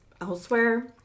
elsewhere